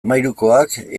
hamahirukoak